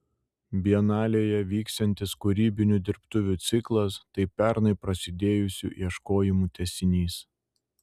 bienalėje vyksiantis kūrybinių dirbtuvių ciklas tai pernai prasidėjusių ieškojimų tęsinys